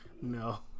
No